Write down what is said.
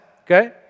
Okay